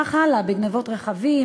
וכך הלאה גם בגנבות רכבים,